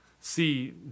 see